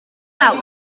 nawr